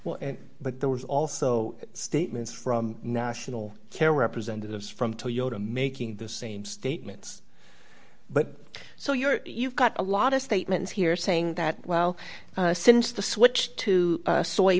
but there was also statements from national care representatives from toyota making the same statements but so you're you've got a lot of statements here saying that well since the switch to